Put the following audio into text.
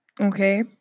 okay